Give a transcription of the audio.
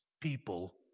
people